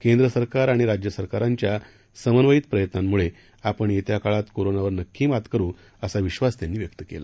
केंद्र सरकार आणि राज्य सरकारांच्या समन्वयित प्रयत्नांमुळे आपण येत्या काळात कोरोनावर नक्की मात करू सा विश्वास त्यांनी व्यक्त केला